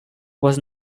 was